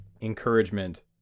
encouragement